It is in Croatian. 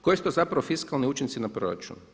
Koji su to zapravo fiskalni učinci na proračun?